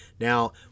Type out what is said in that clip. Now